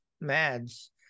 Mads